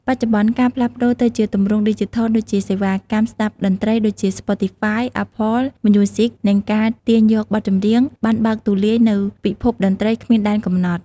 បច្ចុប្បន្ន ការផ្លាស់ប្តូរទៅជាទម្រង់ ឌីជីថល ដូចជាសេវាកម្មស្ដាប់តន្ត្រី ដូចជា Spotify, Apple Music និងការទាញយកបទចម្រៀង បានបើកទូលាយនូវពិភពតន្ត្រីគ្មានដែនកំណត់។